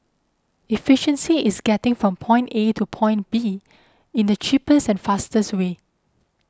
efficiency is getting from point A to point B in the cheapest and fastest way